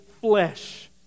flesh